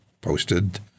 posted